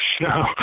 No